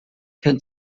kennt